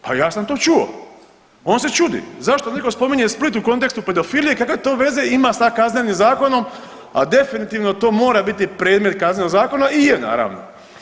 Pa ja sam to čuo, on se čudi, zašto netko spominje Split u kontekstu pedofilije, kakve to veze ima sa Kaznenim zakonom, a definitivno to mora biti predmet Kaznenog zakona i je, naravno.